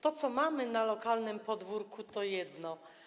To, co mamy na lokalnym podwórku, to jedno.